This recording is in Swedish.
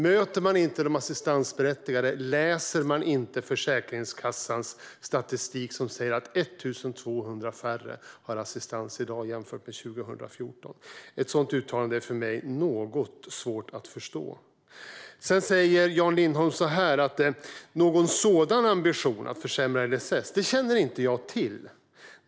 Möter man inte de assistansberättigade? Läser man inte Försäkringskassans statistik som säger att 1 200 färre har assistans i dag jämfört med 2014? Ett sådant uttalande är för mig något svårt att förstå. Sedan säger Jan Lindholm att någon ambition att försämra LSS känner han inte till.